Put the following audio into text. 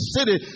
City